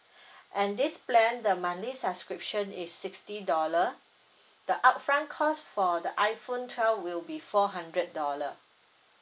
and this plan the monthly subscription is sixty dollar the upfront cost for the iphone twelve will be four hundred dollar